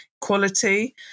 quality